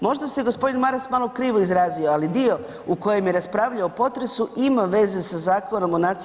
Možda se gospodin Maras malo krivo izrazio, ali dio u kojem je raspravljao o potresu ima veze sa Zakonom o NIPP-u.